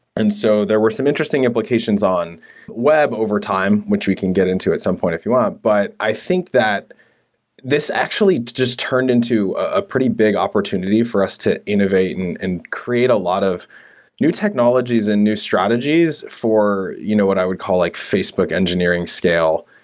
and so, there were some interesting implications on web overtime, which we can get into at some point if you want. but i think that this actually jus t turned into a pretty big opportunity for us to innovate and and create a lot of new technologies and new strategies for you know what i would call like facebook engineering scale,